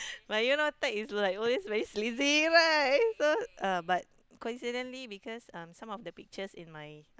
but you know tag is like is always very sleazy right so uh but coincidently because um some of the pictures in my